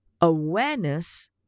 awareness